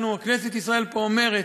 כנסת ישראל פה אומרת: